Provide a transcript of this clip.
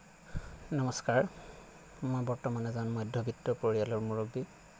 নমস্কাৰ মই বৰ্তমান এজন মধ্যবিত্ত পৰিয়ালৰ মুৰব্বী